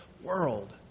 world